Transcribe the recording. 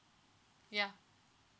ya